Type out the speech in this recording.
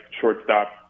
shortstop